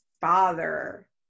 father